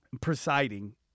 Presiding